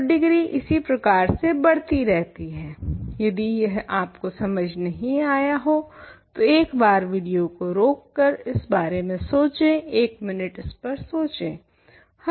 तो डिग्री इसी प्रकार से बढ़ती रहती है यदि यह आपको समझ नहीं आया हो तो एक बार विडियो को रोक कर इस बारे में सोचें एक मिनट इस पर सोचें